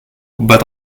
but